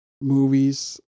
movies